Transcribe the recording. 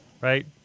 right